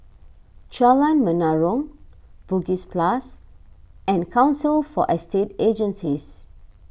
Jalan Menarong Bugis Plus and Council for Estate Agencies